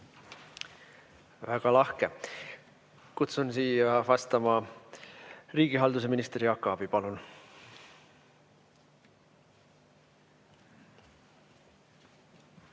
Väga lahke. Kutsun siia vastama riigihalduse ministri Jaak Aabi. Palun!